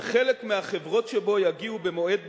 וחלק מהחברות שבו יגיעו במועד